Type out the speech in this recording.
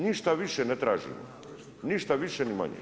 Ništa više ne tražimo, ništa više ni manje.